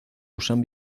usan